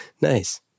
Nice